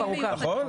נכון.